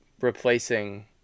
replacing